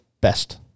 best